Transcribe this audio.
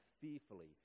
fearfully